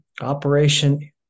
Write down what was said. Operation